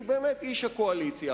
שהוא באמת איש הקואליציה,